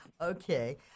Okay